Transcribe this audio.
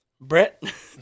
Brett